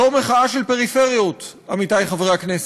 זו מחאה של פריפריות, עמיתי חברי הכנסת.